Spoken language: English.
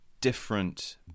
different